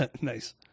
Nice